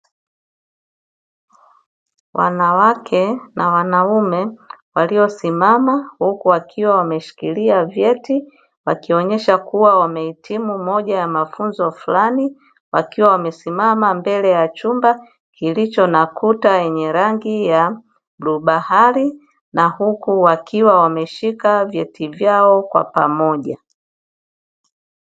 Wanawake na wanaume, waliosimama huku wakiwa wameshikilia vyeti, wakionesha kuwa wamehitimu moja ya mafunzo fulani, wakiwa wamesimama mbele ya chumba kilicho na kuta yenye rangi ya bluu bahari, na huku wakiwa wameshika vyeti vyao kwa pamoja.